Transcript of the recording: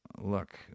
look